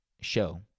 show